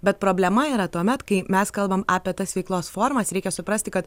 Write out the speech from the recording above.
bet problema yra tuomet kai mes kalbam apie tas veiklos formas reikia suprasti kad